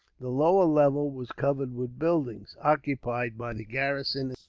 the lower level was covered with buildings, occupied by the garrison,